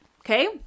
okay